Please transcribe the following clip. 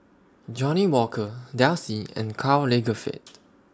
Johnnie Walker Delsey and Karl Lagerfeld